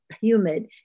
humid